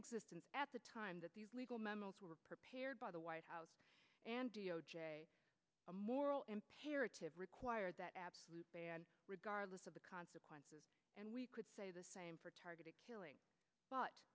existence at the time that the legal memos were prepared by the white house and a moral imperative required that absolute regardless of the consequences and we could say the same for targeted killing but